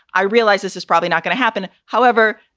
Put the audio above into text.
i realize this is probably not going to happen, however,